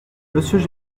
monsieur